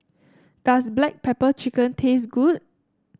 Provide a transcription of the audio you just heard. does Black Pepper Chicken taste good